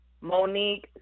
Monique